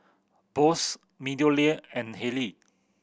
Bose MeadowLea and Haylee